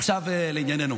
עכשיו לענייננו.